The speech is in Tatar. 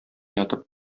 ятып